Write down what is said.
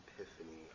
epiphany